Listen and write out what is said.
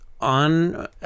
on